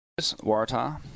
Waratah